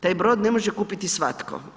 Taj brod ne može kupiti svatko.